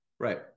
Right